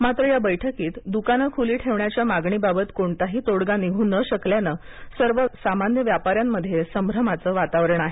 मात्र या बैठकीत दुकानं खुली ठेवण्याच्या मागणी बाबत कोणताही तोडगा निघू नं शकल्यानं सर्व सामान्य व्यापाऱ्यांमध्ये संभ्रमाचं वातावरण आहे